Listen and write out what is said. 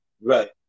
right